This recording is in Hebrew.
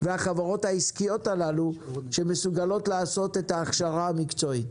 והחברות העסקיות הללו שמסוגלות לעשות את ההכשרה המקצועית?